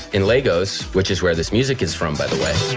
in lagos which is where this music is from by the way